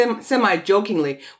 semi-jokingly